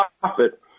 profit